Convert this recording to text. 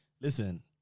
Listen